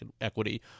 equity